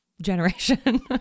generation